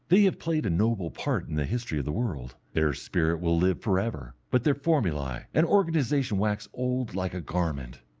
they have played a noble part in the history of the world, their spirit will live for ever, but their formulae and organization wax old like a garment.